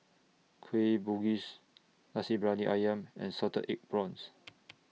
Kueh Bugis Nasi Briyani Ayam and Salted Egg Prawns